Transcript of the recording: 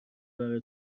برا